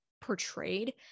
portrayed